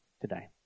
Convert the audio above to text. today